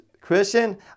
question